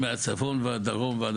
מהצפון ועד הדרום ועד